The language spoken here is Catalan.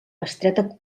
bestreta